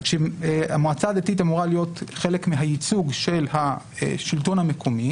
אז כשהמועצה הדתית אמורה להיות חלק מהייצוג של השלטון המקומי